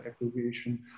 abbreviation